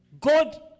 God